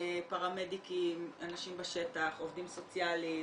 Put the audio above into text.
פרמדיקים, אנשים בשטח, עובדים סוציאליים,